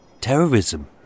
terrorism